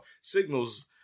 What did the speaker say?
Signals